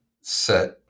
set